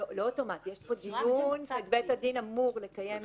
לא אוטומטי, בית הדין אמור לקיים דיון.